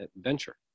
venture